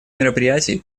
мероприятий